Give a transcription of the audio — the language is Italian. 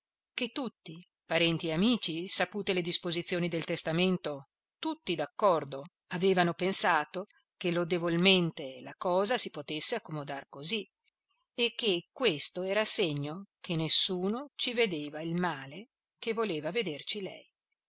che tutti parenti e amici sapute le disposizioni del testamento tutti d'accordo avevano pensato che lodevolmente la cosa si potesse accomodar così e che questo era segno che nessuno ci vedeva il male che voleva vederci lei